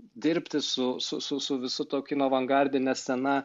dirbti su su su su visu tuo kino avangardine scena